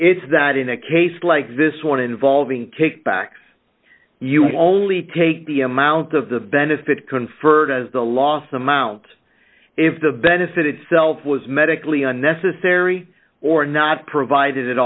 it's that in a case like this one involving kickbacks you only take the amount of the benefit conferred as the loss amount if the benefit itself was medically unnecessary or not provided